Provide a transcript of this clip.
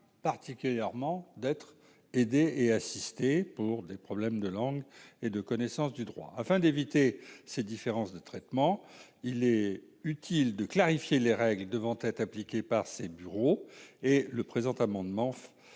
particulièrement d'être aidé et assisté pour des problèmes de langue et de connaissance du droit afin d'éviter cette différence de traitement, il est utile de clarifier les règles devant être appliquée par ses bureaux et le présent amendement